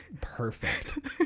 perfect